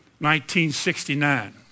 1969